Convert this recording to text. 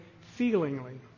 feelingly